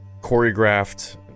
choreographed